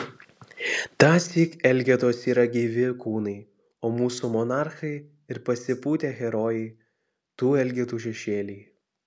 tąsyk elgetos yra gyvi kūnai o mūsų monarchai ir pasipūtę herojai tų elgetų šešėliai